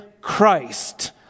Christ